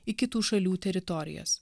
į kitų šalių teritorijas